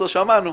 שמענו.